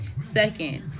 second